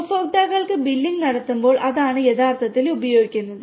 ഉപഭോക്താക്കൾക്ക് ബില്ലിംഗ് നടത്തുമ്പോൾ അതാണ് യഥാർത്ഥത്തിൽ ഉപയോഗിക്കുന്നത്